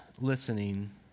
listening